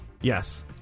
Yes